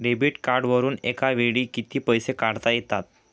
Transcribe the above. Debit कार्डवरुन एका वेळी किती पैसे काढता येतात?